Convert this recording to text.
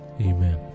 Amen